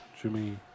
Jimmy